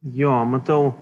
jo matau